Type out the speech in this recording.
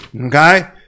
Okay